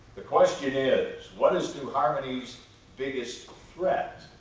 the question is what is new harmony's biggest threat?